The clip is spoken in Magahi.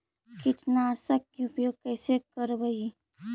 कीटनाशक के उपयोग कैसे करबइ?